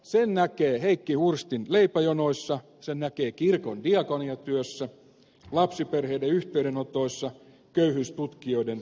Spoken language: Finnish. sen näkee heikki hurstin leipäjonoissa sen näkee kirkon diakoniatyössä lapsiperheiden yhteydenotoissa köyhyystutkijoiden viestissä